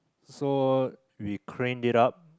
so we craned it up